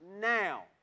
now